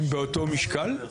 הם באותו משקל?